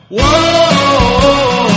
whoa